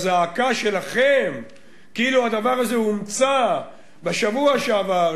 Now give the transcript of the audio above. הזעקה שלכם כאילו הדבר הזה הומצא בשבוע שעבר,